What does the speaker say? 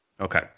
Okay